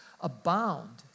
abound